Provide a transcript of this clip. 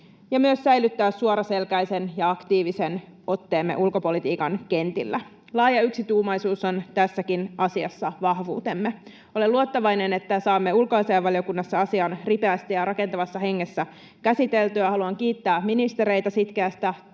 ja myös säilyttää suoraselkäisen ja aktiivisen otteemme ulkopolitiikan kentillä. Laaja yksituumaisuus on tässäkin asiassa vahvuutemme. Olen luottavainen, että saamme ulkoasiainvaliokunnassa asian ripeästi ja rakentavassa hengessä käsiteltyä. Haluan kiittää ministereitä sitkeästä